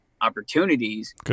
opportunities